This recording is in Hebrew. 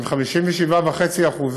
עם 57.5%,